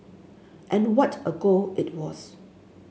and what a goal it was